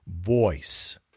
voice